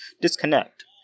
disconnect